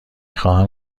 خواهم